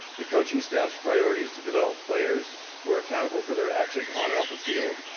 the coaching staff's priority is to develop players who are accountable for their actions on and off the field,